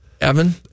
Evan